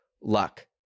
luck